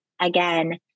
again